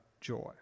joy